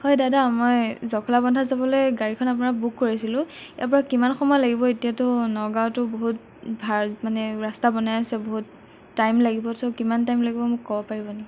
হয় দাদা মই জখলাবন্ধা যাবলৈ গাড়ীখন আপোনাৰ বুক কৰিছিলোঁ ইয়াৰ পৰা কিমান সময় লাগিব এতিয়াতো নগাঁওতো বহুত ভাল মানে ৰাস্তা বনাই আছে বহুত টাইম লাগিব চ' কিমান টাইম লাগিব মোক ক'ব পাৰিব নেকি